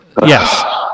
yes